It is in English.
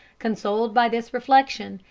consoled by this reflection,